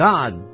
God